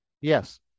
Yes